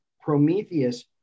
Prometheus